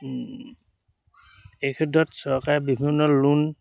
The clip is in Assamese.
এই ক্ষেত্ৰত চৰকাৰে বিভিন্ন লোন